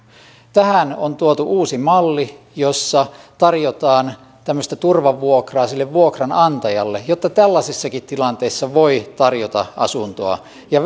tähän on tuotu uusi malli jossa tarjotaan tämmöistä turvavuokraa sille vuokranantajalle jotta tällaisissakin tilanteissa voi tarjota asuntoa ja